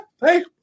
hey